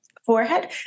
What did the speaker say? forehead